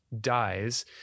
dies